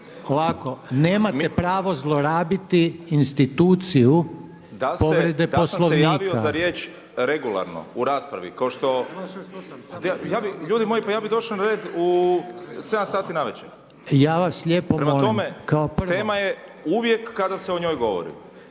Ovako nemate pravo zlorabiti instituciju povrede Poslovnika./… Da sam se javio za riječ regularno u raspravi kao što, ljudi moji pa ja bih došao na red u 7 sati navečer. Prema tome, tema je … …/Upadica Reiner: